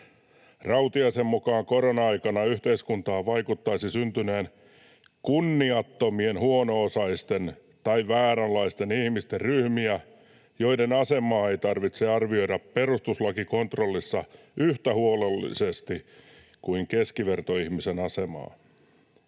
Rautiaisen mukaan korona-aikana yhteiskuntaan vaikuttaisi syntyneen ’kunniattomien huono-osaisten’ tai ’vääränlaisten ihmisten’ ryhmiä, joiden asemaa ei tarvitse arvioida perustuslakikontrollissa yhtä huolellisesti kuin keskivertoihmisen asemaa.